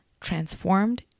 transformed